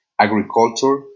agriculture